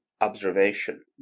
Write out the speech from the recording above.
observation